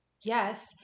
yes